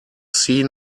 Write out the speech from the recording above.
seen